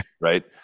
right